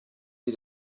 sie